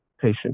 patient